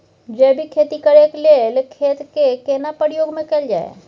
जैविक खेती करेक लैल खेत के केना प्रयोग में कैल जाय?